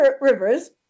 Rivers